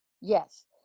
yes